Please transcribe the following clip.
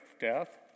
death